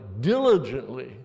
diligently